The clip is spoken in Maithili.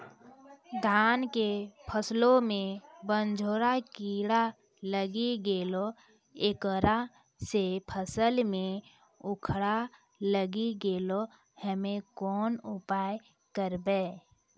धान के फसलो मे बनझोरा कीड़ा लागी गैलै ऐकरा से फसल मे उखरा लागी गैलै हम्मे कोन उपाय करबै?